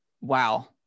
Wow